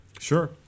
Sure